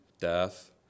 death